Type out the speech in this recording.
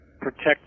protect